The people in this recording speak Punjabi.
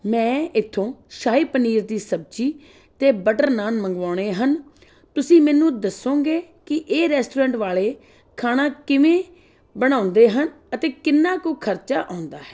ਮੈਂ ਇੱਥੋਂ ਸ਼ਾਹੀ ਪਨੀਰ ਦੀ ਸਬਜ਼ੀ ਅਤੇ ਬਟਰ ਨਾਨ ਮੰਗਵਾਉਣੇ ਹਨ ਤੁਸੀਂ ਮੈਨੂੰ ਦੱਸੋਗੇ ਕਿ ਇਹ ਰੈਸਟੋਰੈਟ ਵਾਲੇ ਖਾਣਾ ਕਿਵੇਂ ਬਣਾਉਂਦੇ ਹਨ ਅਤੇ ਕਿੰਨਾ ਕੁ ਖ਼ਰਚਾ ਆਉਂਦਾ ਹੈ